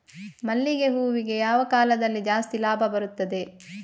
ಮಲ್ಲಿಗೆ ಹೂವಿಗೆ ಯಾವ ಕಾಲದಲ್ಲಿ ಜಾಸ್ತಿ ಲಾಭ ಬರುತ್ತದೆ?